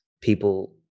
people